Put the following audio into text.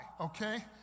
okay